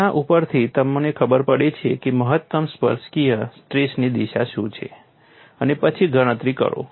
તેના ઉપરથી તમને ખબર પડે છે કે મહત્તમ સ્પર્શકીય સ્ટ્રેસની દિશા શું છે અને પછી ગણતરી કરો